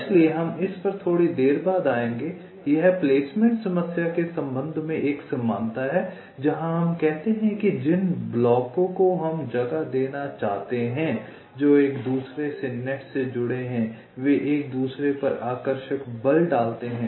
इसलिए हम इस पर थोड़ी देर बाद आएंगे यह प्लेसमेंट समस्या के संबंध में एक समानता है जहां हम कहते हैं कि जिन ब्लॉकों को हम जगह देना चाहते हैं जो एक दूसरे से नेट से जुड़े हैं वे एक दूसरे पर आकर्षक बल डालते हैं